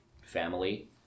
family